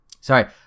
Sorry